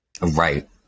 right